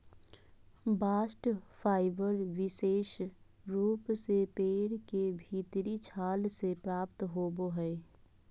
bast fibre विशेष रूप से पेड़ के भीतरी छाल से प्राप्त होवो हय